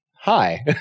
hi